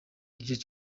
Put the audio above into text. bikikije